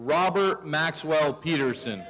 robert maxwell peterson